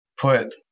put